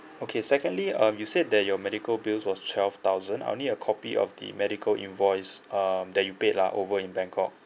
okay secondly um you said that your medical bills was twelve thousand I will need a copy of the medical invoice um that you paid lah over in bangkok